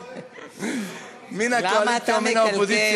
מן הקואליציה ומן האופוזיציה,